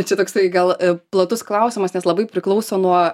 čia toksai gal platus klausimas nes labai priklauso nuo